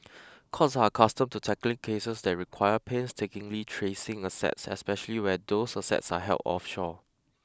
courts are accustomed to tackling cases that require painstakingly tracing assets especially where those assets are held offshore